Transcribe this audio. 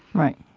right.